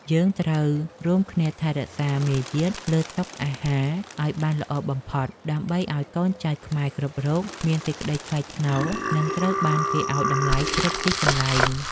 យើងត្រូវរួមគ្នាថែរក្សាមារយាទលើតុអាហារឱ្យបានល្អបំផុតដើម្បីឱ្យកូនចៅខ្មែរគ្រប់រូបមានសេចក្តីថ្លៃថ្នូរនិងត្រូវបានគេឱ្យតម្លៃគ្រប់ទីកន្លែង។